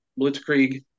Blitzkrieg